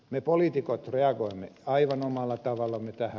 me poliitikot reagoimme aivan omalla tavallamme tähän